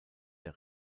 der